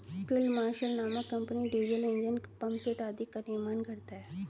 field Marshall नामक company diesel engine, pumpset आदि का निर्माण करता है